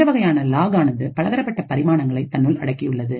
இந்த வகையான லாக் ஆனது பலதரப்பட்ட பரிமாணங்களை தன்னுள் அடக்கியுள்ளது